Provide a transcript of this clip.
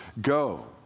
Go